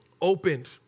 opened